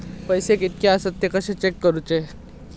पैसे कीतके आसत ते कशे चेक करूचे?